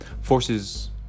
forces